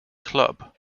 club